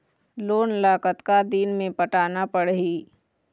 Loan ला कतका दिन मे पटाना पड़ही?